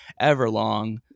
everlong